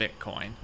Bitcoin